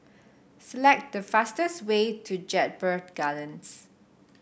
select the fastest way to Jedburgh Gardens